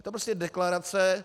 Je to prostě deklarace.